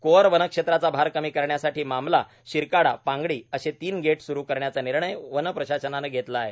core वनक्षेत्राचा भार कमी करण्यासाठी मामला सिरकाडा पांगडी अशी तीन गेट स्रु करण्याचा निर्णय वनप्रशासनानं घेतला आहे